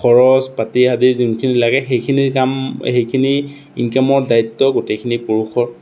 খৰচ পাতি আদি যোনখিনি লাগে সেইখিনিৰ কাম সেইখিনি ইনকামৰ দায়িত্ব গোটেইখিনি পুৰুষৰ